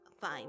fine